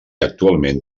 actualment